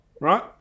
right